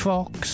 Fox